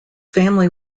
family